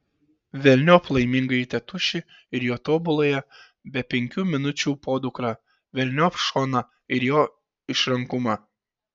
velniop laimingąjį tėtušį ir jo tobuląją be penkių minučių podukrą velniop šoną ir jo išrankumą